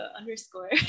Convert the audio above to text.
underscore